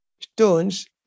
stones